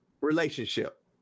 relationship